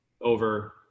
over